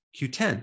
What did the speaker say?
Q10